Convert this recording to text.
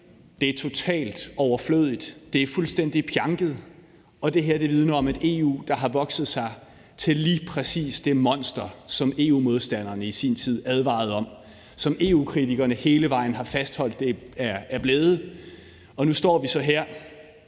her er totalt overflødigt. Det er fuldstændig pjanket, og det vidner om et EU, der har vokset sig til lige præcis det monster, som EU-modstanderne i sin tid advarede om, og som EU-kritikerne hele vejen har fastholdt det er blevet. Nu står vi så her,